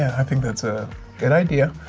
i think that's a good idea.